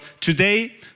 today